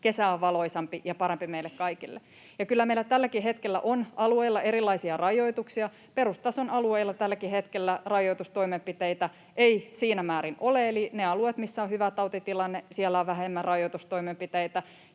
kesä on valoisampi ja parempi meille kaikille. Kyllä meillä tälläkin hetkellä on alueilla erilaisia rajoituksia. Perustason alueilla tälläkään hetkellä rajoitustoimenpiteitä ei siinä määrin ole, eli niillä alueilla, missä on hyvä tautitilanne, on vähemmän rajoitustoimenpiteitä.